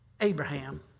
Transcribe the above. Abraham